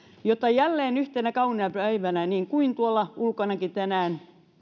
jotta jälleen yhtenä kauniina päivänä niin kuin tuolla ulkonakin tänään